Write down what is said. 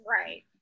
Right